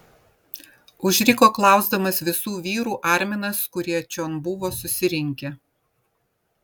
užriko klausdamas visų vyrų arminas kurie čion buvo susirinkę